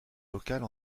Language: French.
locales